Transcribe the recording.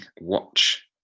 watch